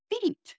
feet